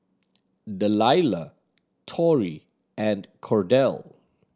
Delilah Tori and Cordell